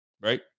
Right